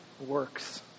works